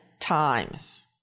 times